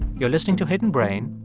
you're listening to hidden brain.